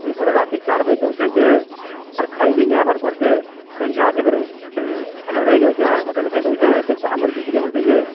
ମୁଇଁ ଫେରେ ରାତି ଚାର୍ ବଜେ ଯାଉଛେଁ ଯେ ଆର୍ ଖାଇବିନି ଆଇବାର୍ ଘର୍ କେ ତ ଇହାଁଦେ ଫେରେ ଏଇ ହେଇ ଯାଉଛେଁ ଆର୍ ହୋଟେଲ ଖାଇ ଦେଉଛେଁ ଏତେ ଚାହା ମୋର୍ ବିକ୍ରି ହେଉଛି ଯେ